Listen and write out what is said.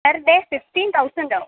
per day fifteen തൗസൻഡോ